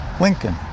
Lincoln